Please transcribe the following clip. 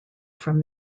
from